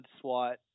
SWAT